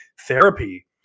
therapy